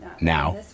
Now